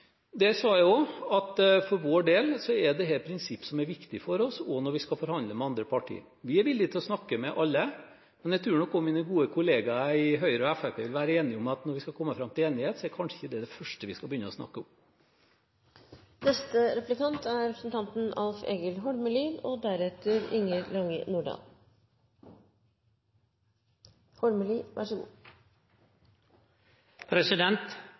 Der sa jeg også at dette er prinsipp som er viktige for oss, også når vi skal forhandle med andre parti. Vi er villige til å snakke med alle, men jeg tror nok også mine gode kolleger i Høyre og Fremskrittspartiet vil være enige i at når vi skal komme fram til enighet, er kanskje ikke det det første vi skal begynne å snakke om. Kristeleg Folkeparti er